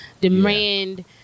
demand